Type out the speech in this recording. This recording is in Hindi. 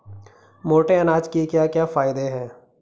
मोटे अनाज के क्या क्या फायदे हैं?